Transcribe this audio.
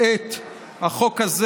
את החוק הזה.